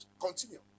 Continue